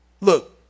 Look